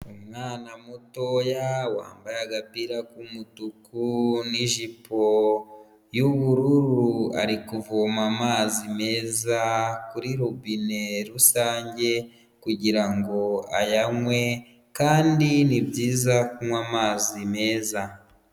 Umwana mutoya wambaye agapira k'umutuku nijipo yubururu ari kuvoma amazi meza kuri rubine rusange kugirango ayanywe kandi nibyiza kunywa amazi meza.